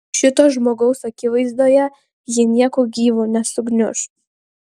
šito žmogaus akivaizdoje ji nieku gyvu nesugniuš